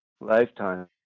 Lifetime